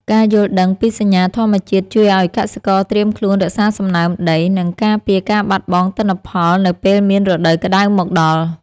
ការយល់ដឹងពីសញ្ញាធម្មជាតិជួយឱ្យកសិករត្រៀមខ្លួនរក្សាសំណើមដី និងការពារការបាត់បង់ទិន្នផលនៅពេលមានរដូវក្តៅមកដល់។